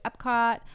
Epcot